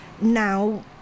Now